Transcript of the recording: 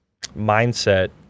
mindset